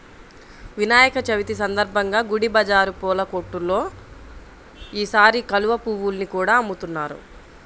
వినాయక చవితి సందర్భంగా గుడి బజారు పూల కొట్టుల్లో ఈసారి కలువ పువ్వుల్ని కూడా అమ్ముతున్నారు